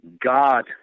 God